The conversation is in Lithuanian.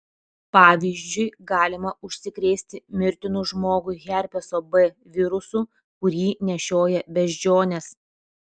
pavyzdžiui galima užsikrėsti mirtinu žmogui herpeso b virusu kurį nešioja beždžionės